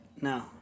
No